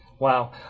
Wow